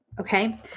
Okay